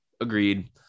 Agreed